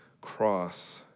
cross